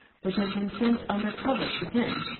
which had been sent under cover to him.